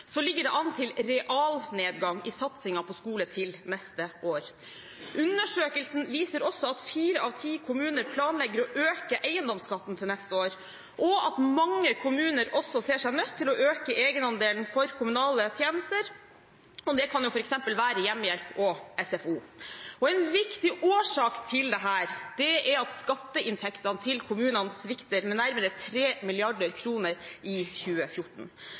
ligger det an til realnedgang i satsingen på skole til neste år. Undersøkelsen viser også at fire av ti kommuner planlegger å øke eiendomsskatten neste år, og at mange kommuner også ser seg nødt til å øke egenandelen for kommunale tjenester, det kan f.eks. være for hjemmehjelp og SFO. En viktig årsak til dette er at skatteinntektene til kommunene svikter med nærmere 3 mrd. kr i 2014.